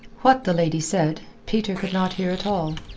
what the lady said, peter could not hear at all,